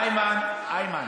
איימן, איימן,